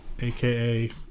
aka